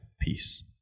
peace